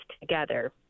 together